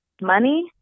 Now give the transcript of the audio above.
money